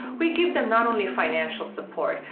we give them not only financial support,